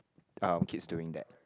our kids doing that